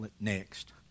next